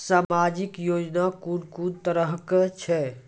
समाजिक योजना कून कून तरहक छै?